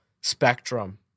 spectrum